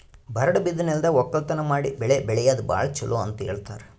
ಬರಡ್ ಬಿದ್ದ ನೆಲ್ದಾಗ ವಕ್ಕಲತನ್ ಮಾಡಿ ಬೆಳಿ ಬೆಳ್ಯಾದು ಭಾಳ್ ಚೊಲೋ ಅಂತ ಹೇಳ್ತಾರ್